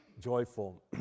joyful